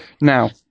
Now